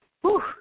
whew